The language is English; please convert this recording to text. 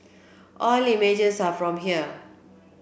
all images are from here